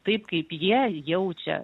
taip kaip jie jaučia